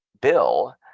Bill